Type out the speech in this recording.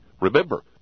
Remember